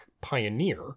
pioneer